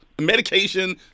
medication